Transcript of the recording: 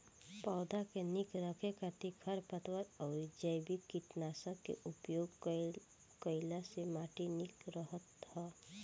पौधा के निक रखे खातिर खरपतवार अउरी जैविक कीटनाशक के उपयोग कईला से माटी निक रहत ह